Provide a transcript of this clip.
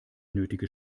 nötige